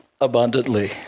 abundantly